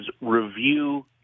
review